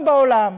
יהיה